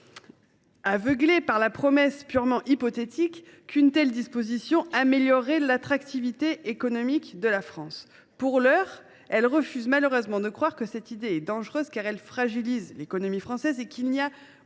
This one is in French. aveuglée par la promesse, purement hypothétique, selon laquelle une telle disposition améliorerait l’attractivité économique de la France. Pour l’heure, elle refuse malheureusement de voir que cette idée est dangereuse, car elle fragilise l’économie française ; elle ne